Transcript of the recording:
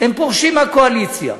הם פורשים מהקואליציה.